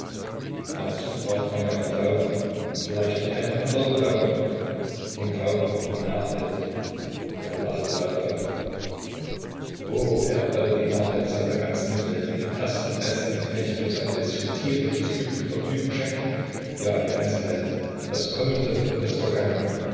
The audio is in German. dazu braucht man ja auch glauben und vielleicht noch einen andern glauben den glauben an die nachwelt er lachte laut auf oh er wolle die ganze nachwelt samt der ganzen mitwelt dem ersten besten knecht für sein bißchen tierisches glück mit vergnügen schenken ja die ganze welt das kommende und das vergangene